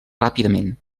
ràpidament